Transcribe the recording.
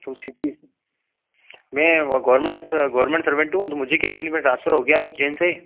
तो सिटी मैं गोरमेंट अफ़सर गोरमेंट सर्वेन्ट हूँ तो मुझे क्या एक्चुली मेरा ट्रांसफर हो गया है उज्जैन से